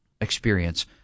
experience